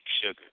sugar